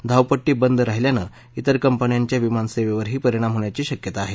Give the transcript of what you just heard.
धावपट्टी बंद राहिल्यानं त्रिर कंपन्यांच्या विमानसेवेवरही परिणाम होण्याची शक्यता आहे